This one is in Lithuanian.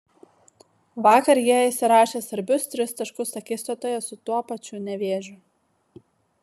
vakar jie įsirašė svarbius tris taškus akistatoje su tuo pačiu nevėžiu